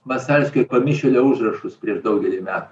masalskio pamišėlio užrašus prieš daugelį metų